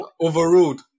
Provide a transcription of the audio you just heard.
overruled